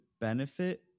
benefit